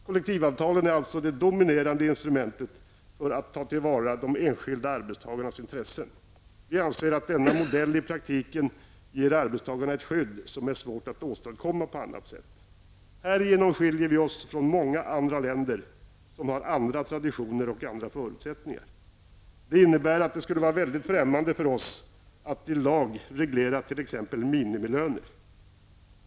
Kollektivavtalen är alltså det dominerande instrumentet för att ta till vara de enskilda arbetstagarnas intressen. Vi anser att denna modell i praktiken ger arbetstagarna ett skydd som är svårt att åstadkomma på annat sätt. Härigenom skiljer vi oss från många andra länder som har andra traditioner och andra förutsättningar. Det innebär att det skulle vara väldigt främmande för oss att i en lag reglera t.ex. minimilöner.